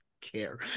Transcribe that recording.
care